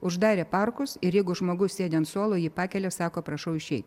uždarė parkus ir jeigu žmogus sėdi ant suolo jį pakelia sako prašau išeit